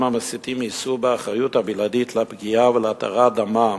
המסיתים יישאו באחריות הבלעדית לפגיעה ולהתרת דמם